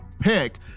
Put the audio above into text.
pick